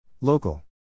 Local